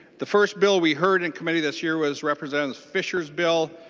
the first bill we heard in committee this year was representative fischer's bill.